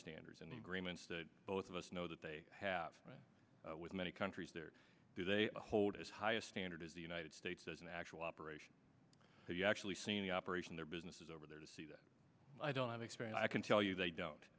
standards and agreements that both of us know that they have with many countries there today hold as high a standard as the united states as an actual operation so you actually see the operation their businesses over there to see that i don't have experience i can tell you they